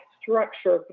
structure